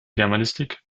germanistik